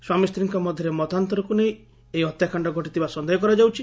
ସ୍ୱାମୀସ୍ୱୀଙ୍କ ମଧ୍ଧରେ ମତାନ୍ତରକୁ ନେଇ ଏହି ହତ୍ୟାକାଣ୍ଡ ଘଟିଥିବା ସନ୍ଦେହ କରାଯାଉଛି